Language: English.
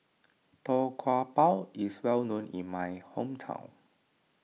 Tau Kwa Pau is well known in my hometown